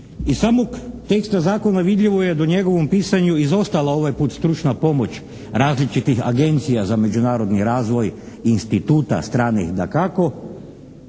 Iz samog teksta zakona vidljivo je da je u njegovom pisanju izostala ovaj put stručna pomoć različitih agencija za međunarodni razvoj, instituta stranih dakako